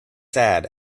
sad